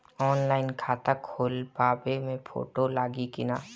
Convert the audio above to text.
Online खाता खोलबाबे मे फोटो लागि कि ना?